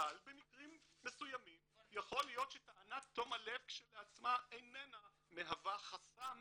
אבל במקרים מסוימים יכול להיות שטענת תום הלב כשלעצמה איננה מהווה חסם